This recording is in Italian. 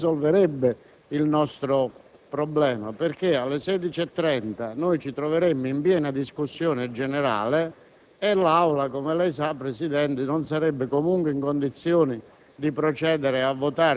questa inversione non risolverebbe il nostro problema, perché alle ore 16,30 ci troveremmo in piena discussione generale e l'Aula, come lei sa, signor Presidente, non sarebbe comunque in condizioni